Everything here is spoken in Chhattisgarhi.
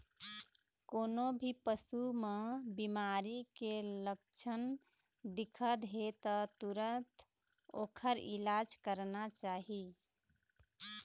कोनो भी पशु म बिमारी के लक्छन दिखत हे त तुरत ओखर इलाज करना चाही